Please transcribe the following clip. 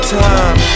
time